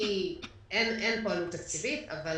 אין פה עלות תקציבית, אבל